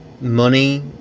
money